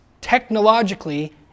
technologically